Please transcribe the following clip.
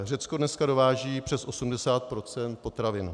Řecko dneska dováží přes 80 % potravin.